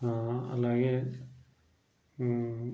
అలాగే